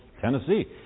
Tennessee